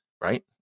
right